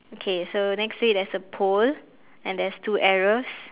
okay so next to it there's a pole and there's two arrows